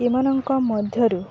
ଏମାନଙ୍କ ମଧ୍ୟରୁ